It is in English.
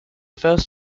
first